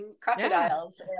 crocodiles